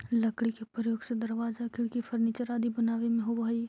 लकड़ी के प्रयोग दरवाजा, खिड़की, फर्नीचर आदि बनावे में होवऽ हइ